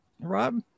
Rob